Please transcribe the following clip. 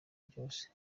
byose